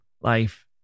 life